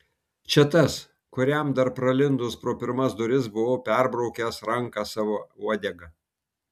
čia tas kuriam dar pralindus pro pirmas duris buvau perbraukęs ranką sava uodega